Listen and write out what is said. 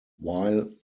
while